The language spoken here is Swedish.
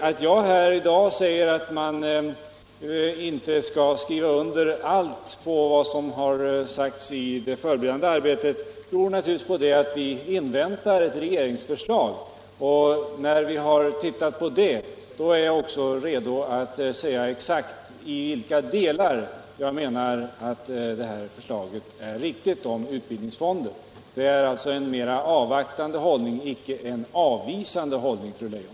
Att jag här i dag säger att man inte skall skriva under på allt vad som har sagts i det förberedande arbetet beror naturligtvis på att vi inväntar ett regeringsförslag. När vi har sett det, är jag också beredd att säga exakt i vilka delar jag menar att det här förslaget om utbildningsfonder är riktigt. Det är alltså en mera avvaktande hållning, icke en avvisande hållning, fru Leijon.